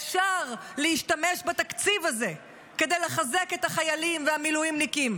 אפשר להשתמש בתקציב הזה כדי לחזק את החיילים והמילואימניקים.